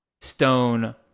Stone